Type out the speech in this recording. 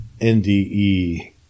NDE